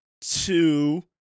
two